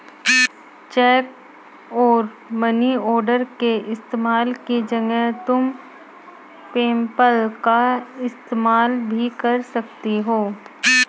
check और money order के इस्तेमाल की जगह तुम पेपैल का इस्तेमाल भी कर सकती हो